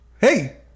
hey